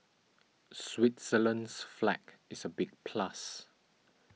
Switzerland's flag is a big plus